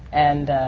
and